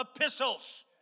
epistles